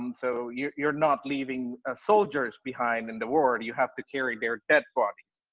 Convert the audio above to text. um so you're you're not leaving ah soldiers behind in the war, and you' have to carry their dead bodies.